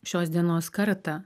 šios dienos kartą